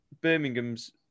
Birmingham's